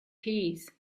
keys